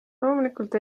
loomulikult